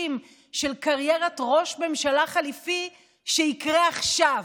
של קריירת ראש ממשלה חליפי ויקרה עכשיו?